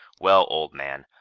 well, old man,